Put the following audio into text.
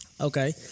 Okay